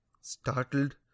Startled